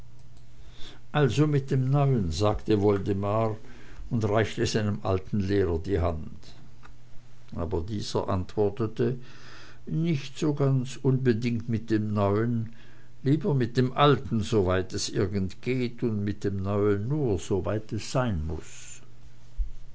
also mit dem neuen sagte woldemar und reichte seinem alten lehrer die hand aber dieser antwortete nicht so ganz unbedingt mit dem neuen lieber mit dem alten soweit es irgend geht und mit dem neuen nur soweit es muß